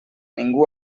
ningú